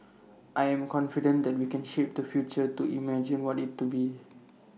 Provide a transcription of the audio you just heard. I am confident that we can shape the future to imagine what IT to be